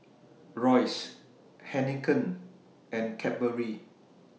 Royce Heinekein and Cadbury